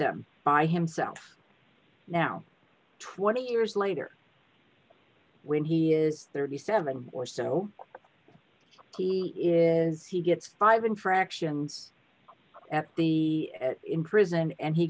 them by himself now twenty years later when he is thirty seven or so he is he gets five infractions at the in prison and he